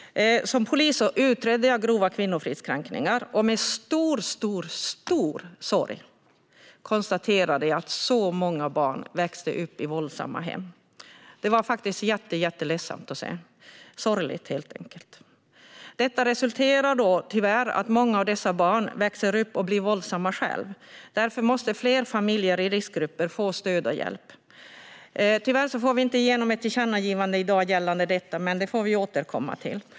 Som polis utredde jag grova kvinnofridskränkningar. Med stor, stor sorg konstaterade jag att det är så många barn som växer upp i våldsamma hem. Det var jätteledsamt att se. Det var sorgligt, helt enkelt. Detta resulterar tyvärr i att många av dessa barn växer upp och själva blir våldsamma. Därför måste fler familjer i riskgrupper få stöd och hjälp. Tyvärr får vi inte igenom ett tillkännagivande i dag gällande detta, men det får vi återkomma till.